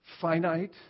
finite